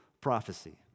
prophecy